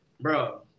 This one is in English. Bro